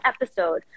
episode